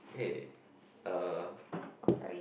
hey uh